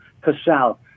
Casal